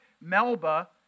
Melba